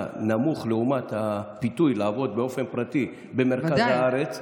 נמוך לעומת הפיתוי לעבוד באופן פרטי במרכז הארץ,